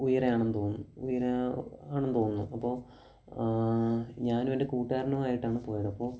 ഉയരെ ആണെന്ന് തോന്നന്നു ഉയരെ ആണെന്ന് തോന്നുന്നു അപ്പോൾ ഞാനും എൻ്റെ കൂട്ടുകാരനും ആയിട്ടാണ് പോയത് അപ്പോൾ